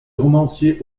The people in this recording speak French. romancier